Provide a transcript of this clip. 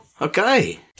Okay